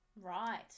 right